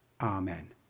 Amen